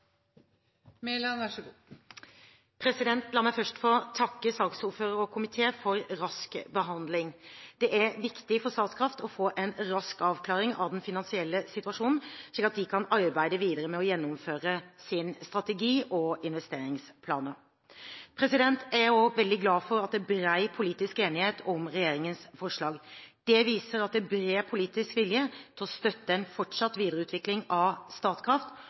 viktig for Statkraft å få en rask avklaring av den finansielle situasjonen, slik at de kan arbeide videre med å gjennomføre sin strategi og sin investeringsplan. Jeg er også veldig glad for at det er bred politisk enighet om regjeringens forslag. Det viser at det er bred politisk vilje til å støtte en fortsatt videreutvikling av Statkraft